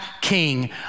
king